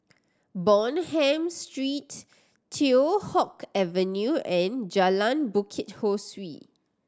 Bonham Street Teow Hock Avenue and Jalan Bukit Ho Swee